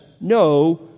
no